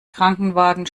krankenwagen